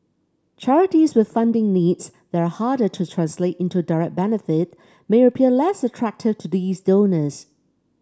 charities with funding needs that are harder to translate into direct benefit may appear less attractive to these donors